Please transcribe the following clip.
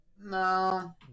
No